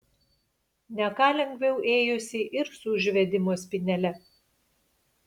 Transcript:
ne ką lengviau ėjosi ir su užvedimo spynele